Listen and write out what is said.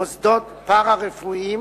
מוסדות פארה-רפואיים